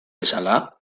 bezala